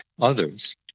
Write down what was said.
others